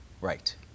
Right